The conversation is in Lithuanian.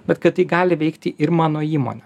bet kad tai gali veikti ir mano įmonė